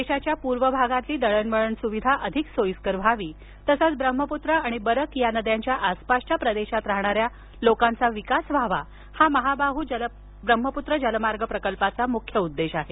देशाच्या पूर्व भागातली दळणवळण सुविधा अधिक सोयीस्कर व्हावी तसंच ब्रह्मपुत्रा आणि बरक या नद्यांच्या आसपासच्या प्रदेशात राहणाऱ्या लोकांचा विकास व्हावा हा महाबाहु ब्रह्मपुत्रा जलमार्ग प्रकल्पाचा मुख्य उद्देश आहे